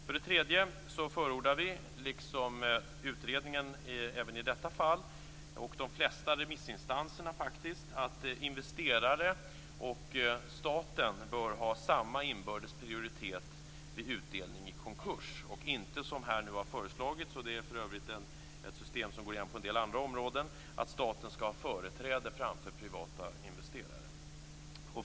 För det tredje förordar vi liksom utredningen även i detta fall, och faktiskt också de flesta remissinstanserna, att investerare och staten bör ha samma inbördes prioritet vid utdelning i konkurs och inte, som här föreslagits - för övrigt ett system som går igen på en del andra områden - att staten skall ha företräde framför privata investerare.